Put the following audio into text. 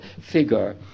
figure